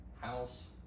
house